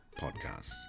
podcasts